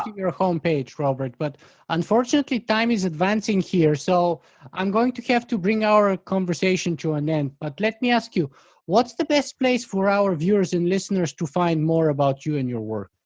your homepage, robert, but unfortunately time is advancing here so i'm going to have to bring our ah conversation to an end, but let me ask you what's the best place for our viewers and listeners to find more about you and your work.